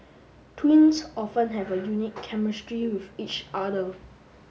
twins often have a unique chemistry with each other